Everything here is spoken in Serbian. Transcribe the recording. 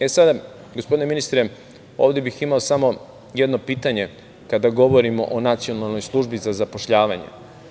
E sada, gospodine ministre, ovde bih imao samo jedno pitanje, kada govorimo o Nacionalnoj službi za zapošljavanje.